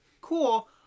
cool